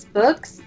books